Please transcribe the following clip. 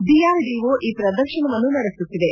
DRDO ಈ ಪ್ರದರ್ತನವನ್ನು ನಡೆಸುತ್ತಿದೆ